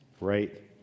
right